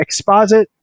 exposit